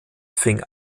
fing